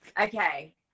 Okay